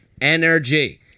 Energy